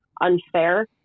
unfair